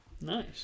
Nice